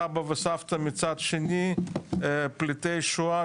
סבא וסבתא מצד שני פליטי שואה,